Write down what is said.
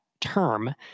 term